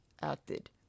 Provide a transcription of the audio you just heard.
acted